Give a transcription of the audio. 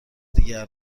دیگر